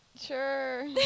sure